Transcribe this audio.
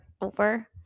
over